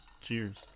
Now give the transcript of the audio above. Cheers